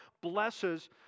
blesses